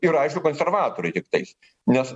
ir aišku konservatoriai tiktais nes